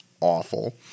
awful